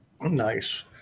Nice